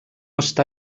està